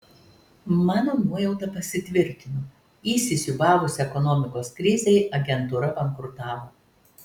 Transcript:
mano nuojauta pasitvirtino įsisiūbavus ekonomikos krizei agentūra bankrutavo